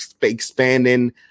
expanding